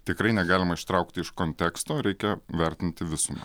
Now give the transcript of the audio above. tikrai negalima ištraukti iš konteksto reikia vertinti visumą